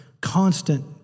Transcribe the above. constant